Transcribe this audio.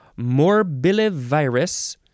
Morbillivirus